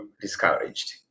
discouraged